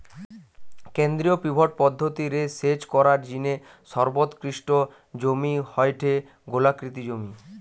কেন্দ্রীয় পিভট পদ্ধতি রে সেচ করার জিনে সর্বোৎকৃষ্ট জমি হয়ঠে গোলাকৃতি জমি